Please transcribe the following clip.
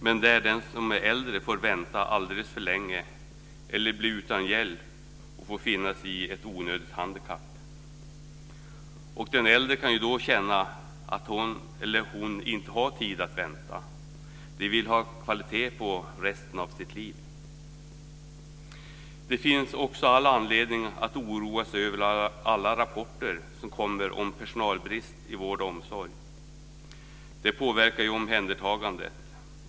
Men den som är äldre får vänta alldeles för länge eller blir utan hjälp och får finna sig i ett onödigt handikapp. Den äldre kan då känna att han eller hon inte har tid att vänta. De vill ha kvalitet på resten av sitt liv. Det finns också all anledning att oroa sig över alla rapporter som kommer om personalbrist i vård och omsorg. Det påverkar ju omhändertagandet.